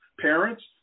parents